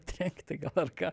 trenkti gal ar ką